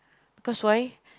because why